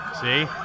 see